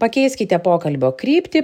pakeiskite pokalbio kryptį